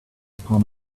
upon